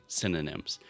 synonyms